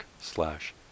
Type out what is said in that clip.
slash